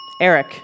Eric